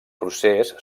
procés